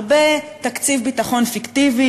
הרבה תקציב ביטחון פיקטיבי,